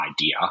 idea